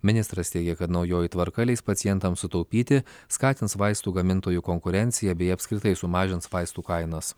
ministras teigia kad naujoji tvarka leis pacientam sutaupyti skatins vaistų gamintojų konkurenciją bei apskritai sumažins vaistų kainas